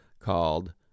called